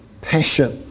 passion